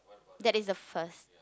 that is the first